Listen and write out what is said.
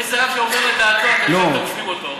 איזה רב שאומר את דעתו, אתם ישר תוקפים אותו.